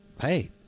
hey